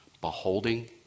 beholding